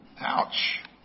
Ouch